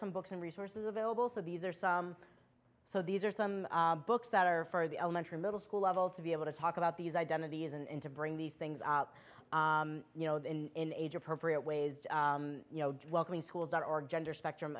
some books and resources available so these are some so these are some books that are for the elementary middle school level to be able to talk about these identities and into bring these things out you know the in age appropriate ways welcoming schools are gender spectrum